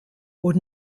und